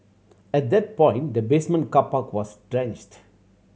at that point the basement car park was drenched